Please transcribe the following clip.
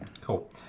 Cool